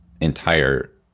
entire